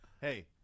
Hey